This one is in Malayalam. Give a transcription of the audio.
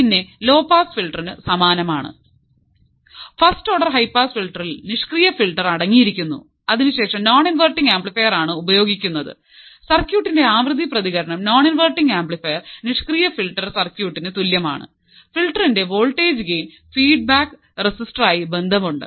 പിന്നെ ഇത് ലോ പാസ് ഫിൽറ്റർറിനു സമാനമാണ് ഫസ്റ്റ് ഓർഡർ ഹൈ പാസ് ഫിൽട്ടറിൽ നിഷ്ക്രിയ ഫിൽട്ടർ അടങ്ങിയിരിക്കുന്നു അതിനുശേഷം നോൺ ഇൻവെർട്ടിങ് ആംപ്ലിഫയർ ആണ് ഉപയോഗിക്കുന്നത് സർക്യൂട്ടിന്റെ ആവൃത്തി പ്രതികരണം നോൺ ഇൻവെർട്ടിംഗ് ആംപ്ലിഫയർ നിഷ്ക്രിയ ഫിൽട്ടർ സർക്യൂട്ടിന് തുല്യമാണ്ഫിൽറ്ററിന്റെ വോൾടേജ് ഗെയ്ൻ ഫീഡ്ബാക്ക് റെസിസ്റ്റർ ആയി ബന്ധം ഉണ്ട്